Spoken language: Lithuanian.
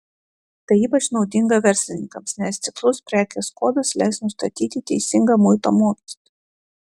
tai ypač naudinga verslininkams nes tikslus prekės kodas leis nustatyti teisingą muito mokestį